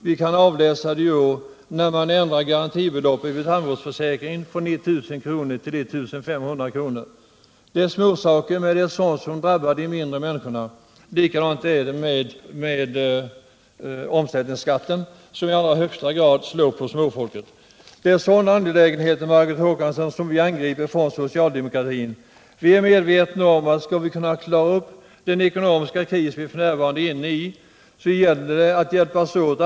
Vi kan vidare avläsa det i år i höjningen av garantibeloppet inom tandvårdsförsäkringen från 1 000 till 1 500 kr. Det är småsaker, men det är sådant som drabbar de små människorna. Likadant är det med omsättningsskatten, som ju i allra högsta grad slår på småfolket. Det är sådana företeelser, Margot Håkansson, som vi från socialdemokratin angriper. Vi är medvetna om att det, om vi skall klara av den ekonomiska kris som vi f. n. är inne i, gäller att alla hjälps åt.